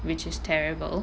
which is terrible